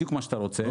בדיוק מה שאתה רוצה,